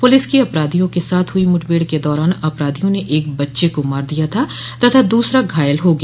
police की अपराधियों के साथ हुई मुठभेड़ के दौरान अपराधियों ने एक बच्चे को मार दिया था तथा दूसरा घायल हो गया